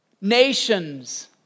nations